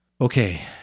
Okay